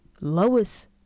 Lois